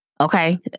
Okay